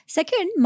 Second